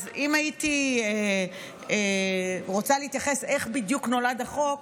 אז אם הייתי רוצה להתייחס לאיך בדיוק נולד החוק,